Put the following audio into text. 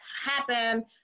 happen